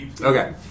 Okay